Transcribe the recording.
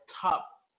top